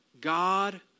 God